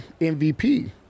MVP